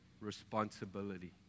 responsibility